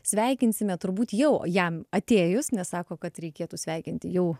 sveikinsime turbūt jau jam atėjus nes sako kad reikėtų sveikinti jau